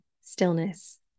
stillness